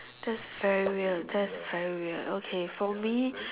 that's very weird that's very weird okay for me